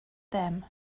them